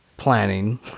planning